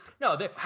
No